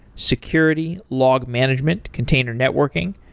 security, log management, container networking,